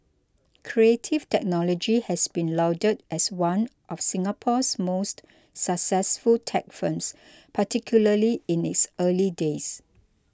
Creative Technology has been lauded as one of Singapore's most successful tech firms particularly in its early days